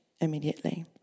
immediately